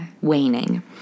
waning